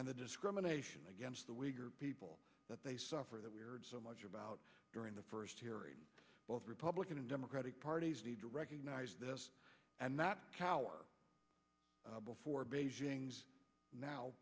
and the discrimination against the wigger people that they suffer that we're so much about during the first hearing both republican and democratic parties need to recognize this and not cower before beijing now